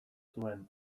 zuen